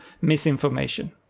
misinformation